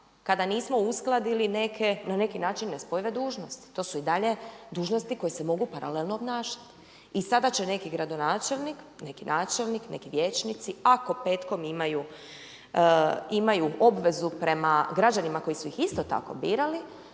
kada nismo uskladili neke na neki način nespojive dužnosti? To su i dalje dužnosti koje se mogu paralelno obnašati. I sada će neki gradonačelnik, neki načelnik, neki vijećnici ako petkom imaju obvezu prema građanima koji su ih isto tako birali